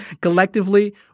collectively